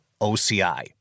OCI